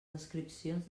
descripcions